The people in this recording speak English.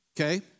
Okay